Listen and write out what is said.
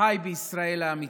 וחי בישראל האמיתית,